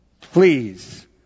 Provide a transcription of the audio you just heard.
Please